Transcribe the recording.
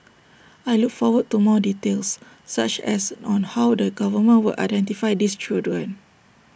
I look forward to more details such as on how the government will identify these children